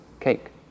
cake